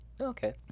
okay